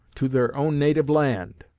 to their own native land.